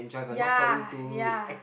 ya ya